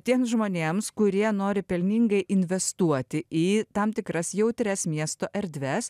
tiems žmonėms kurie nori pelningai investuoti į tam tikras jautrias miesto erdves